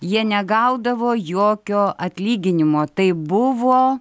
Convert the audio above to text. jie negaudavo jokio atlyginimo tai buvo